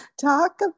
Talk